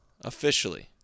officially